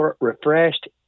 refreshed